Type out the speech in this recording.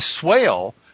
swale